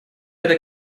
это